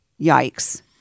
Yikes